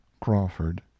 Crawford